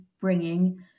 bringing